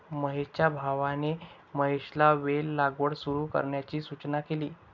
महेशच्या भावाने महेशला वेल लागवड सुरू करण्याची सूचना केली